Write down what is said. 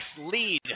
lead